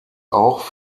auch